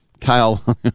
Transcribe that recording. Kyle